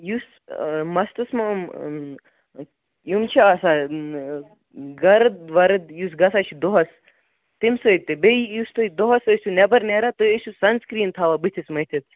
یُس مَستس نوٚم یِم چھِ آسان گَرد وَرد یُس گَژھان چھِ دۄہَس تَمہِ سۭتۍ تہِ بییٛہِ یُس تُہۍ دۄہس ٲسِوٕ نیٚبٕر نیران تُہۍ ٲسِوٕ سَن سِکریٖن تھاوان بُتھِس مٔتھِتھ